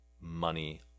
money